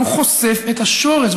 הוא חושף את השורש,